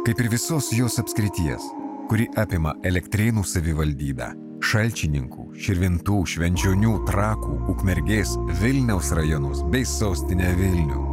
kaip ir visos jos apskrities kuri apima elektrėnų savivaldybę šalčininkų širvintų švenčionių trakų ukmergės vilniaus rajonus bei sostinę vilnių